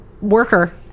worker